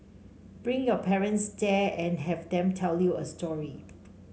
bring your parents there and have them tell you a story